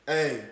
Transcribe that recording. Hey